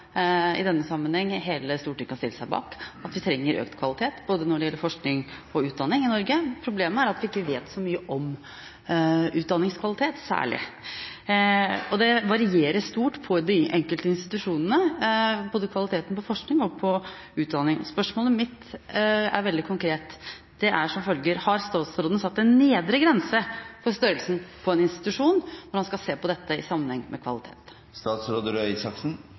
i denne sammenhengen kan stille seg bak. Vi trenger økt kvalitet når det gjelder både forskning og utdanning i Norge. Problemet er at vi ikke vet så mye om særlig utdanningskvalitet, og kvaliteten på både forskning og utdanning varierer stort mellom de enkelte institusjonene. Spørsmålet mitt er veldig konkret: Har statsråden satt en nedre grense for størrelsen på en institusjon når han skal se på dette i sammenheng med